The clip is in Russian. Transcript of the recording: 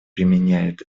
применяет